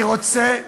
אני רוצה,